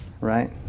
right